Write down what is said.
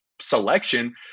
selection